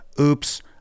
Oops